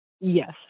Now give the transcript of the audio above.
Yes